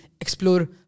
explore